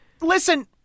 Listen